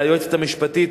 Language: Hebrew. ליועצת המשפטית,